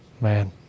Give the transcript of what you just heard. man